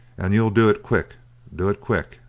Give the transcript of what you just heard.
and you'll do it quick do it quick.